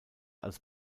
als